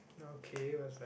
okay what's that